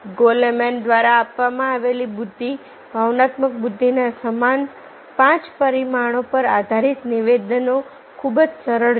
Goleman દ્વારા આપવામાં આવેલી બુદ્ધિ ભાવનાત્મક બુદ્ધિના સમાન પાંચ પરિમાણો પર આધારિત નિવેદનો ખૂબ જ સરળ છે